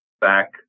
back